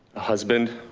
husband,